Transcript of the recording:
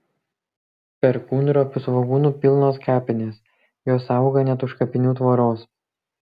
perkūnropių svogūnų pilnos kapinės jos auga net už kapinių tvoros